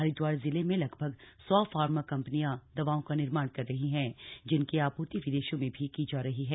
हरिदवार जिले में लगभग सौ फार्मा कंपनियां दवाओं का निर्माण कर रही हैं जिनकी आपूर्ति विदेशों में भी की जा रही है